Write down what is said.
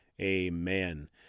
amen